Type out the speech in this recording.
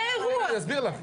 הוא יסביר לך.